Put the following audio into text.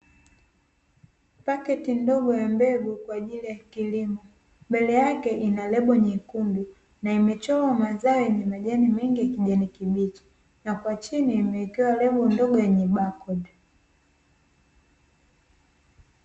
Pakiti ndogo ya mbegu kwa ajili ya kilimo, mbele yake ina lebo nyekundu na imechorwa mazao yenye majani mengi ya kijani kibichi, na kwa chini imewekewa lebo ndogo yenye baakodi.